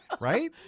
right